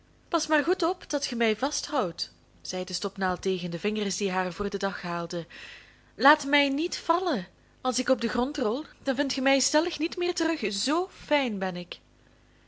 past maar goed op dat ge mij vasthoudt zei de stopnaald tegen de vingers die haar voor den dag haalden laat mij niet vallen als ik op den grond rol dan vindt ge mij stellig niet meer terug zoo fijn ben ik